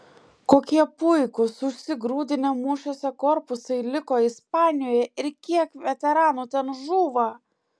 kokie puikūs užsigrūdinę mūšiuose korpusai liko ispanijoje ir kiek veteranų ten žūva